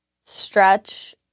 stretch